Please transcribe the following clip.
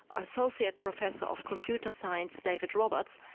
associate professor of computer science, david roberts,